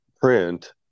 print